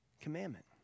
commandment